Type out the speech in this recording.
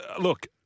look